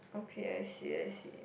okay I see I see